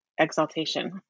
exaltation